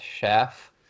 chef